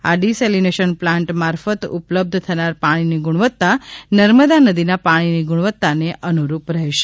આ desalination plant મારફત ઉપલબ્ધ થનાર પાણીની ગુણવત્તા નર્મદા નદીના પાણીની ગુણવત્તાને અનુરૂપ રહેશે